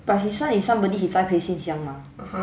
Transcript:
but his son is somebody he 栽培 since young mah